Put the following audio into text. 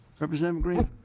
representative green